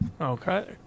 okay